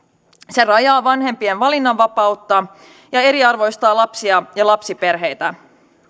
se rajaa vanhempien valinnanvapautta ja eriarvoistaa lapsia ja lapsiperheitä